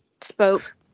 spoke